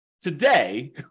today